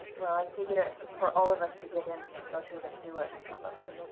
well, i figure for all of us to get in, we should go through the sewers, probably.